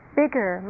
bigger